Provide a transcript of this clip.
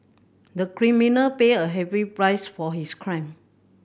the criminal paid a heavy price for his crime